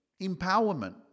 empowerment